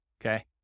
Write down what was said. okay